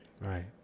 Right